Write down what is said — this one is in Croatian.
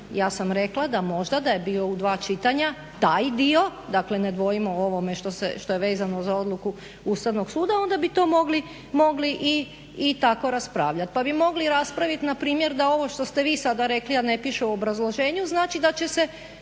Ja sam rekla da možda, da je bio u 2 čitanja taj dio, dakle ne dvojimo u ovome što je vezano za odluku Ustavnog suda, onda bi to mogli i tako raspravljat. Pa bi mogli raspravit npr. da ovo što ste vi sada rekli, a ne piše u obrazloženju znači da će se,